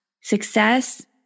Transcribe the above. Success